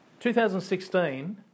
2016